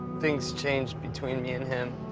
things change between me and him.